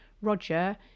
roger